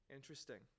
Interesting